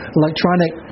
electronic